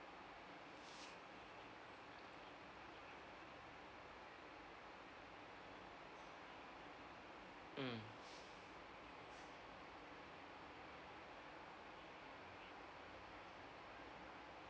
mm